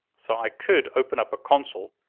so i could open up a console,